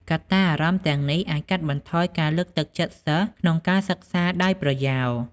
កត្តាអារម្មណ៍ទាំងនេះអាចកាត់បន្ថយការលើកទឹកចិត្តសិស្សក្នុងការសិក្សាដោយប្រយោល។